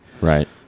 Right